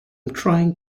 trying